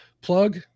plug